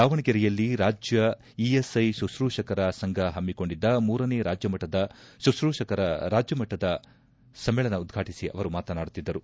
ದಾವಣಗೆರೆಯಲ್ಲಿ ರಾಜ್ಯ ಇಎಸ್ಐ ಶುಶ್ರೂಷಕರ ಸಂಘ ಹಮ್ಮಿಕೊಂಡಿದ್ದ ಮೂರನೇ ರಾಜ್ಯ ಮಟ್ಟದ ಶುಶ್ರೂಶಕರ ರಾಜ್ಮಮಟ್ಟದ ಮೂರನೇ ಸಮ್ಮೇಳನ ಉದ್ವಾಟಿಸಿ ಅವರು ಮಾತನಾಡುತ್ತಿದ್ದರು